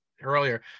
earlier